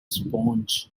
sponge